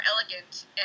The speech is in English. elegant